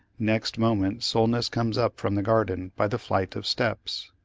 next moment solness comes up from the garden by the flight of steps.